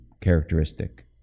characteristic